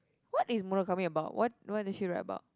what is Murakami about what what does she write about